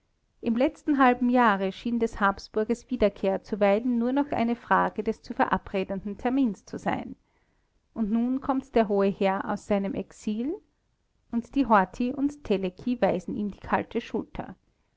im letzten halben jahre schien des habsburgers wiederkehr zuweilen nur noch eine frage des zu verabredenden termines zu sein und nun kommt der hohe herr aus seinem exil und die horthy und teleki weisen ihm die kalte schulter